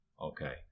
okay